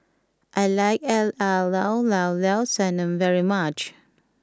I like Llao Llao Sanum very much